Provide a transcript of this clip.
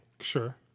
Sure